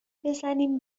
بزنیم